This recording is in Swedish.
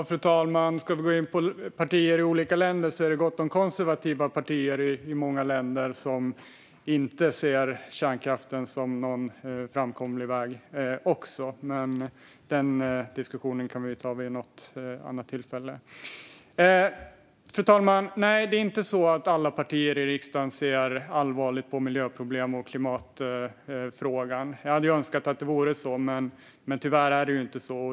Fru talman! Om vi ska gå in på partier i olika länder kan jag säga att det också finns gott om konservativa partier i många länder som inte ser kärnkraften som en framkomlig väg. Men den diskussionen kan vi ta vid ett annat tillfälle. Fru talman! Nej, det är inte alla partier i riksdagen som ser allvarligt på miljöproblemen och klimatfrågan. Jag hade önskat att det var så, men så är det tyvärr inte.